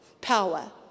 power